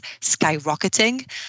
skyrocketing